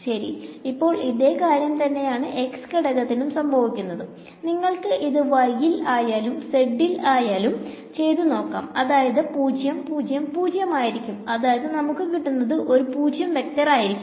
ശെരി ഇപ്പോൾ ഇതേ കാര്യം തന്നെയാണ് x ഘടകത്തിനും സംഭവിക്കുന്നത് നിങ്ങൾക്ക് ഇത് y ഇൽ ആയാലും z ഇൽ ആയാലും ചെയ്തു നോക്കാം അത് 0 0 0 ആയിരിക്കും അതായത് നമുക്ക് കിട്ടുന്നഗ് ഒരു 0 വെക്ടർ ആയിരിക്കും